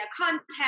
contact